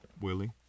Willie